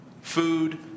Food